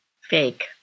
fake